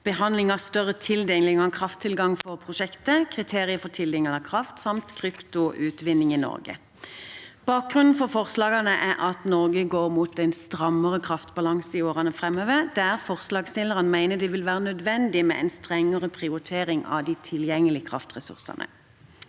stortingsbehandling av større tildelinger av krafttilgang for prosjekter, kriterier for tildeling av kraft samt kryptoutvinning i Norge. Bakgrunnen for forslagene er at Norge går mot en strammere kraftbalanse i årene framover, der forslagsstillerne mener det vil være nødvendig med en strengere prioritering av de tilgjengelige kraftressursene.